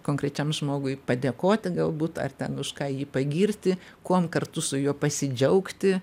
konkrečiam žmogui padėkoti galbūt ar ten už ką jį pagirti kuom kartu su juo pasidžiaugti